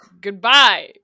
goodbye